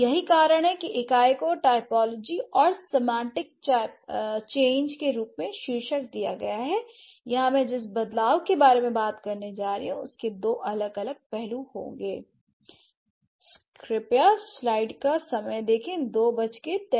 यही कारण है कि इकाई को टाइपोलॉजी और सेमांटिक चेंज के रूप में शीर्षक दिया गया है यहां मैं जिस बदलाव के बारे में बात करने जा रही हूं उसके दो अलग पहलू होंगे